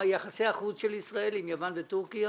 מה עם יחסי החוץ של ישראל עם יוון וטורקיה?